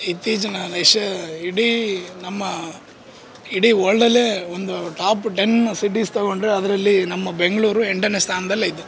ಇತ್ತೀಚಿಗೆ ನಾನು ಎಷ್ಟು ಇಡೀ ನಮ್ಮ ಇಡೀ ವರ್ಲ್ಡ್ಲ್ಲೇ ಒಂದು ಟಾಪ್ ಟೆನ್ ಸಿಟೀಸ್ ತಗೊಂಡರೆ ಅದರಲ್ಲಿ ನಮ್ಮ ಬೆಂಗಳೂರು ಎಂಟನೇ ಸ್ಥಾನದಲ್ಲಿ ಐತೆ